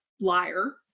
liar